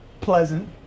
pleasant